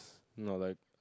not like